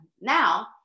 Now